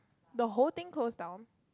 the whole things closed down